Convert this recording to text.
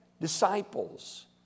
disciples